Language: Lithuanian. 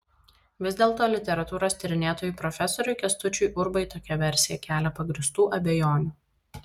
vis dėlto literatūros tyrinėtojui profesoriui kęstučiui urbai tokia versija kelia pagrįstų abejonių